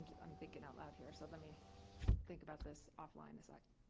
i'm thinking out loud here, so let me think about this off-line a sec.